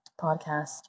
podcast